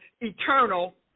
eternal